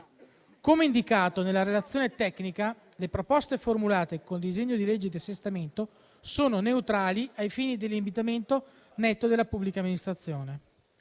Come indicato nella relazione tecnica, le proposte formulate con il disegno di legge di assestamento sono neutrali ai fini dell'indebitamento netto della Pubblica Amministrazione,